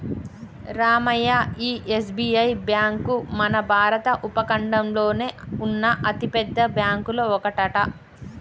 రామయ్య ఈ SBI bank మన భారత ఉపఖండంలోనే ఉన్న అతిపెద్ద బ్యాంకులో ఒకటట